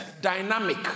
dynamic